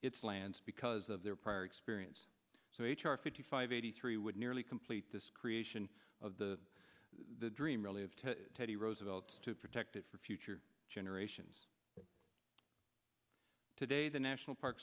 its lands because of their prior experience so h r fifty five eighty three would nearly complete this creation of the the dream really of teddy roosevelt to protect it for future generations today the national park